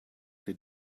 they